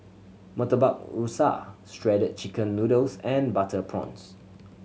Murtabak Rusa Shredded Chicken Noodles and butter prawns